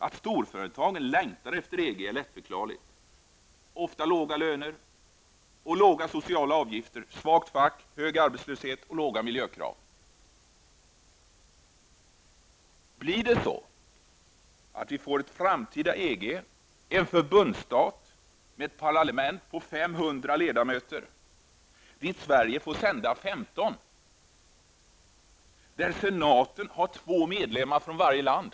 Att storföretagen längtar efter EG är lättförklarligt: ofta låga löner och låga sociala avgifter, svagt fack, hög arbetslöshet och låga miljökrav. Kommer det att bli så att vi får ett framtida EG, en förbundsstat med ett parlament med 500 ledamöter, dit Sverige får sända 15 och där senaten har två medlemmar från varje land?